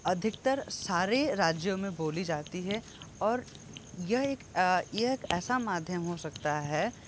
अधिकतर सारे राज्यों में बोली जाती है और यह एक यह एक ऐसा माध्यम हो सकता है